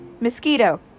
Mosquito